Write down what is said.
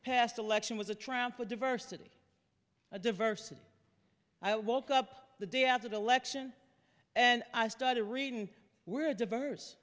past election was a triumph for diversity of diversity i woke up the day after the election and i started reading we're a diverse